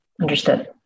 Understood